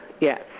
yes